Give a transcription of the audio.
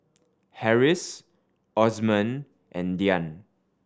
Harris Osman and Dian